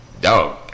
dog